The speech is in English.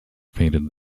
painted